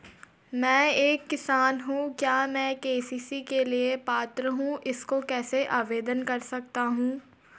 मैं एक किसान हूँ क्या मैं के.सी.सी के लिए पात्र हूँ इसको कैसे आवेदन कर सकता हूँ?